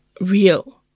real